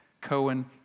Cohen